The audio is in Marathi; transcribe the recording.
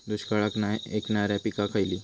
दुष्काळाक नाय ऐकणार्यो पीका खयली?